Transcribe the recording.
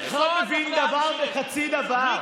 אינך מבין דבר וחצי דבר.